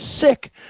sick